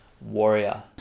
Warrior